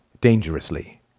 dangerously